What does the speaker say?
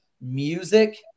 Music